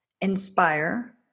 inspire